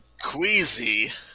Queasy